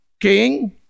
king